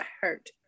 hurt